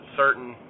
certain